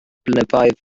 blynyddoedd